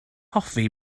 hoffi